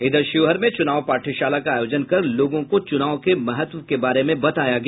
इधर शिवहर में चुनाव पाठ्यशाला का आयोजन कर लोगों को चुनाव के महत्व के बारे में बताया गया